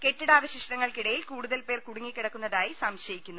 കെട്ടിടാവശിഷ്ടങ്ങൾക്കിടയിൽ കൂടുതൽ പേർ കുടുങ്ങിക്കിടക്കുന്നതായി സംശയിക്കുന്നു